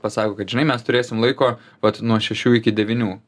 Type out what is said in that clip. pasako kad žinai mes turėsim laiko vat nuo šešių iki devynių